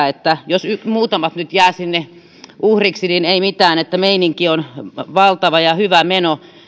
että jos muutamat nyt jäävät sinne uhriksi niin ei mitään meininki on valtava ja hyvä meno